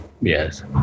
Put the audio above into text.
Yes